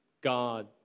God